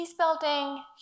peacebuilding